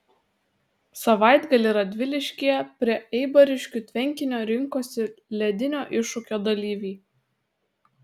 savaitgalį radviliškyje prie eibariškių tvenkinio rinkosi ledinio iššūkio dalyviai